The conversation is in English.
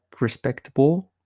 respectable